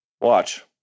Watch